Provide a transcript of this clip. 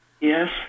Yes